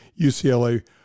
UCLA